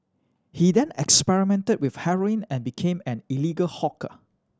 he then experimented with heroin and became an illegal hawker